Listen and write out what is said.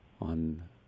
on